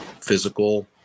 physical